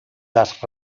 las